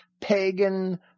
pagan